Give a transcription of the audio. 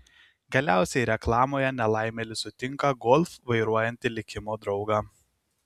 galiausiai reklamoje nelaimėlis sutinka golf vairuojantį likimo draugą